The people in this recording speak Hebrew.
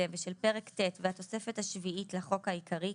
ושל פרק ט' והתוספת השביעית לחוק העיקרי,